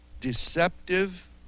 deceptive